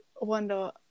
wonder